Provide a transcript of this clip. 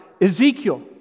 Ezekiel